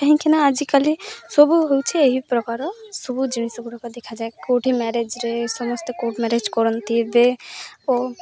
କାହିଁକି ନା ଆଜିକାଲି ସବୁ ହେଉଛି ଏହି ପ୍ରକାର ସବୁ ଜିନିଷ ଗୁଡ଼ାକ ଦେଖାଯାଏ କେଉଁଠି ମ୍ୟାରେଜ୍ରେ ସମସ୍ତେ କେଉଁଠି ମ୍ୟାରେଜ୍ କରନ୍ତି ଏବେ ଓ